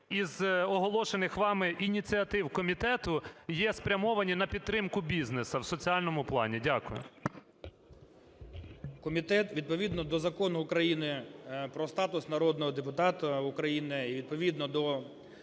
із оголошених вами ініціатив комітету є спрямовані на підтримку бізнесу в соціальному плані? Дякую. 11:56:47 КАПЛІН С.М. Комітет відповідно до Закону України "Про статус народного депутата України" і відповідно до